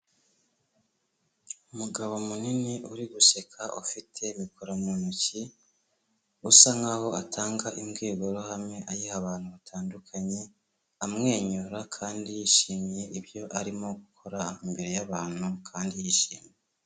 Umugabo munini uri guseka ufite mikoro mu ntoki, usa nkaho atanga imbwiburuhame ayiha abantu batandukanye, amwenyura kandi yishimiye ibyo arimo gukora imbere y'abantu kandi yishimye.